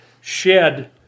shed